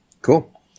Cool